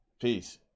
Peace